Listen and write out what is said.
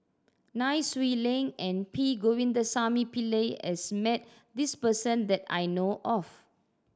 Nai Swee Leng and P Govindasamy Pillai has met this person that I know of